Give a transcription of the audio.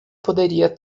poderia